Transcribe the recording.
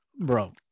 bro